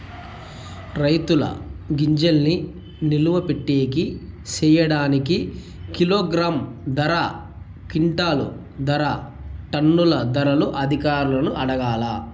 రైతుల గింజల్ని నిలువ పెట్టేకి సేయడానికి కిలోగ్రామ్ ధర, క్వింటాలు ధర, టన్నుల ధరలు అధికారులను అడగాలా?